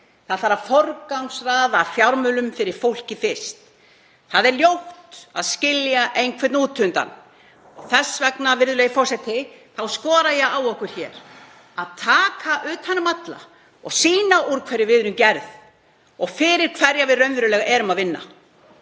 það þarf að forgangsraða fjármunum fyrir fólkið fyrst. Það er ljótt að skilja einhvern út undan og þess vegna skora ég á okkur hér að taka utan um alla og sýna úr hverju við erum gerð og fyrir hverja við erum raunverulega að vinna.